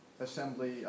assembly